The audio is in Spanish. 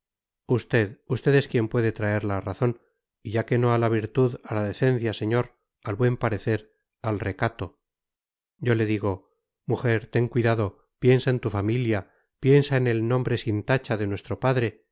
usted es quien puede traerla a la razón y ya que no a la virtud a la decencia señor al buen parecer al recato yo le digo mujer ten cuidado piensa en tu familia piensa en el nombre sin tacha de nuestro padre